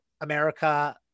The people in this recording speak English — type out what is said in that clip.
America